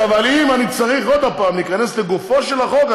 זה צריך להיות בוועדת החוקה?